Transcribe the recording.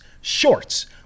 shorts